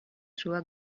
through